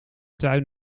tuin